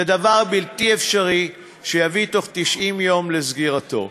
זה דבר בלתי אפשרי שיביא בתוך 90 יום לסגירתו.